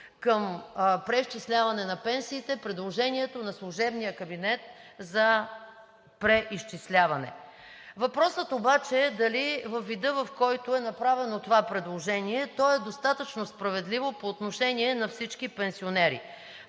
за преизчисляване на пенсиите предложението на служебния кабинет за преизчисляване. Въпросът обаче е дали във вида, в който е направено това предложение, то е достатъчно справедливо по отношение на всички пенсионери.